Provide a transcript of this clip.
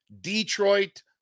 Detroit